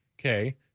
okay